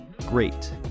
great